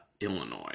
Illinois